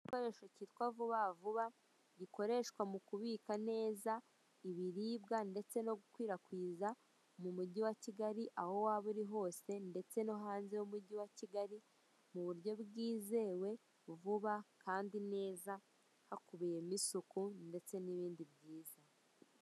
Igikoresho cyitwa vuba vuba gikoreshwa mu kubika neza ibiribwa ndetse no gukwirakwiza mu mujyi wa kigali aho waba uri hose ndetse no hanze y'umujyi wa kigali, mu buryo bwizewe vuba kandi neza hakubiyemo isuku ndetse n'ibindi byiza.